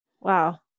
Wow